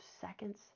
seconds